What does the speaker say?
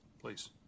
Please